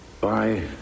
bye